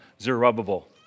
Zerubbabel